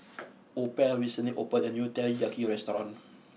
opal recently opened a new Teriyaki restaurant